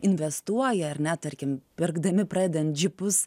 investuoja ar ne tarkim pirkdami pradedant džipus